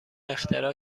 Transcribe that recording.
اختراع